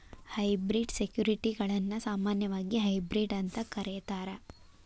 hybrid ಸೆಕ್ಯುರಿಟಿಗಳನ್ನ ಸಾಮಾನ್ಯವಾಗಿ hybrid ಅಂತ ಕರೇತಾರ